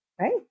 Right